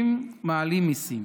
מעלים מיסים,